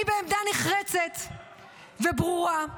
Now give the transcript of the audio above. אני בעמדה נחרצת וברורה,